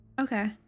Okay